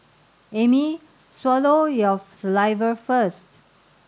Amy swallow your saliva first